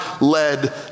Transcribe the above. led